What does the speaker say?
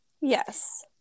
Yes